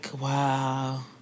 wow